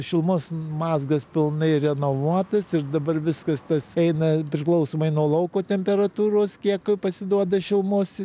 šilumos mazgas pilnai renovuotas ir dabar viskas tas eina priklausomai nuo lauko temperatūros kiek pasiduoda šilumos